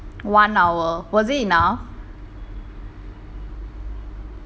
one hour was it enough போதும் போதும்:podhum podhum